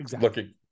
looking